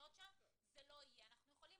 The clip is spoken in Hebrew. בקריאה: סייג לתחולה 14. הוראות חוק זה לא יחולו